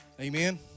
Amen